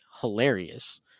hilarious